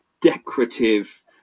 decorative